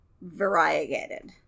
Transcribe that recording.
variegated